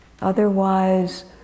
Otherwise